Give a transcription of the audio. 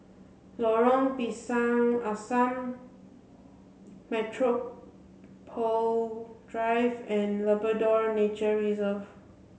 Lorong Pisang Asam Metropole Drive and Labrador Nature Reserve